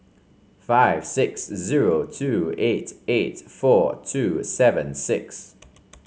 five six zero two eight eight four two seven six